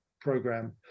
program